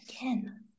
again